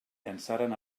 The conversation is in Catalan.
llançaren